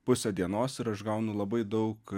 pusę dienos ir aš gaunu labai daug